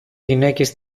γυναίκες